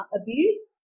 Abuse